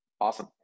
Awesome